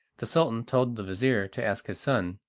the sultan told the vizir to ask his son,